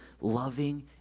loving